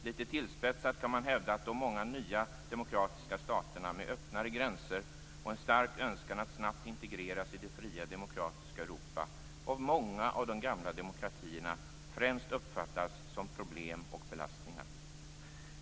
Litet tillspetsat kan man hävda att de många nya demokratiska staterna med öppnare gränser och en stark önskan att snabbt integreras i det fria, demokratiska Europa av många av de gamla demokratierna främst uppfattas som problem och belastningar.